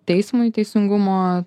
teismui teisingumo